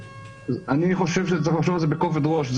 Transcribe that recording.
אני חושב שצריך לחשוב על זה בכובד ראש.